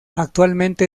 actualmente